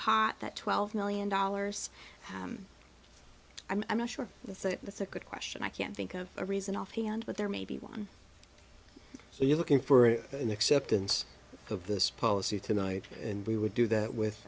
pot that twelve million dollars i'm not sure that's a that's a good question i can't think of a reason offhand but there may be one so you are looking for an acceptance of this policy tonight and we would do that with